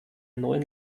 neuen